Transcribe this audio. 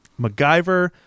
MacGyver